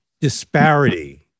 disparity